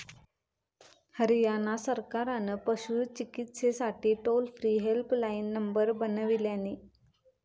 हरयाणा सरकारान पशू चिकित्सेसाठी टोल फ्री हेल्पलाईन नंबर बनवल्यानी